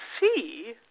see